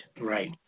right